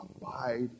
Abide